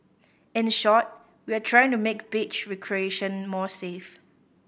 in a short we are trying to make beach recreation more safe